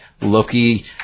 Loki